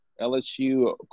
LSU